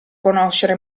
conoscere